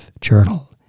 journal